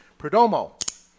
Perdomo